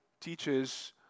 teaches